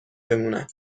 بمونم